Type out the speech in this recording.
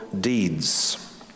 deeds